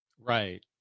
Right